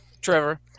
Trevor